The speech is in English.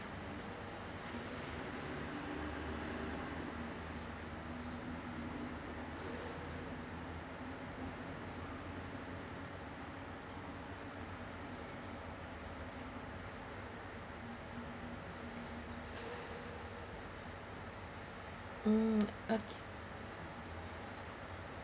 mm okay